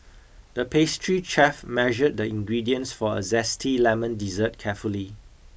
the pastry chef measured the ingredients for a zesty lemon dessert carefully